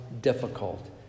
difficult